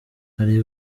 hari